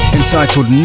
entitled